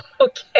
Okay